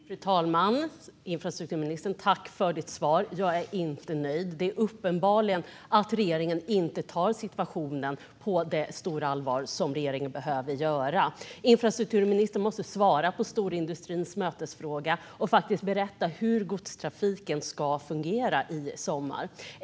Fru talman! Tack, infrastrukturministern, för ditt svar! Jag är inte nöjd. Det är uppenbart att regeringen inte tar situation på så stort allvar som krävs. Infrastrukturministern måste svara på storindustrins mötesfråga och berätta hur godstrafiken ska fungera i sommar.